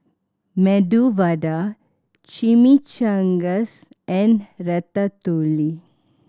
Medu Vada Chimichangas and Ratatouille